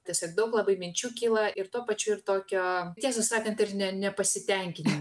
tiesiog daug labai minčių kyla ir tuo pačiu ir tokio tiesą sakant ir ne nepasitenkinimo